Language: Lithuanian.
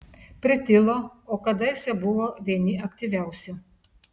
pritilo o kadaise buvo vieni aktyviausių